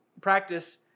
practice